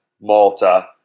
Malta